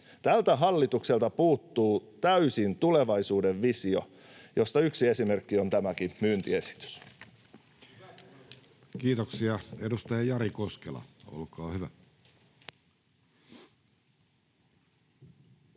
Tältä hallitukselta puuttuu täysin tulevaisuudenvisio, mistä yksi esimerkki on tämäkin myyntiesitys. [Joona Räsänen: Hyvä